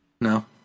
No